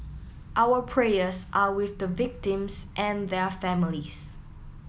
our prayers are with the victims and their families